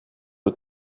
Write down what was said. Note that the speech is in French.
aux